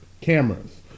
cameras